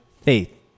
faith